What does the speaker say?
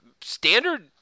Standard